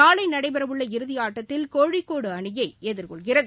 நாளை நடைபெறவுள்ள இறுதி ஆட்டத்தில் கோழிகோடு அணியை எதிர்கொள்கிறது